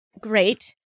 great